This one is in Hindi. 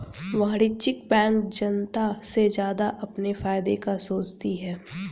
वाणिज्यिक बैंक जनता से ज्यादा अपने फायदे का सोचती है